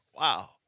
Wow